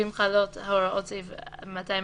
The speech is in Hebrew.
ואם חלות הוראות סעיף 240א,